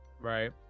Right